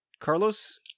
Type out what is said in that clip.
Carlos